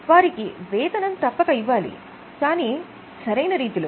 వారికి వేతనం తప్పక ఇవ్వాలి కానీ సరైన రీతిలో